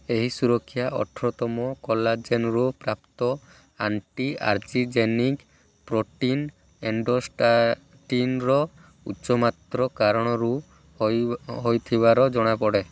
ଏହି ସୁରକ୍ଷା ଅଠର ତମ କୋଲାଜେନରୁ ପ୍ରାପ୍ତ ଆଣ୍ଟି ଆଞ୍ଜିଓଜେନିକ୍ ପ୍ରୋଟିନ୍ ଏଣ୍ଡୋଷ୍ଟାଟିନ୍ର ଉଚ୍ଚ ମାତ୍ରା କାରଣରୁ ହୋଇ ହୋଇଥିବାର ଜଣାପଡ଼େ